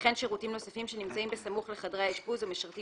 וכן שירותים נוספים שנמצאים בסמוך לחדרי האישפוז ומשרתים